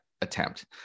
attempt